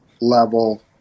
level